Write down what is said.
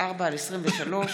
פ/1734/23: